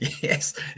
yes